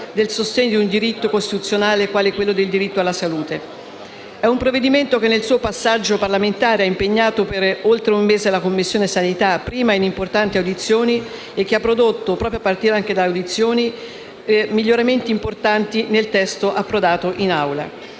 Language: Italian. di difesa di un diritto costituzionale quale il diritto alla salute. È un provvedimento che nel suo passaggio parlamentare ha impegnato per oltre un mese la Commissione sanità in importanti audizioni e che ha prodotto, proprio a partire dalle audizioni, miglioramenti importanti nel testo approdato in Aula.